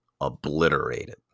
obliterated